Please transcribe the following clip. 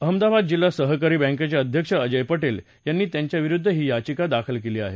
अहमदाबाद जिल्हा सहकारी बँकेचे अध्यक्ष अजय पटेल यांनी त्यांच्याविरुद्ध ही याचिका दाखल केली आहे